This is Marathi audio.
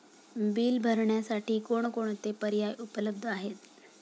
बिल भरण्यासाठी कोणकोणते पर्याय उपलब्ध आहेत?